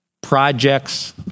projects